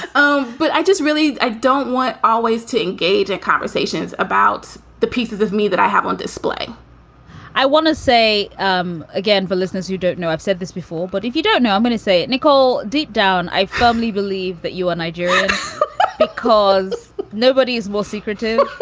um but i just really i don't want always to engage in conversations about the pieces of me that i have on display i want to say um again, for listeners who don't know, i've said this before, but if you don't know, i'm going to say it, nicole. deep down, i firmly believe that you are nigerian because nobody is more secretive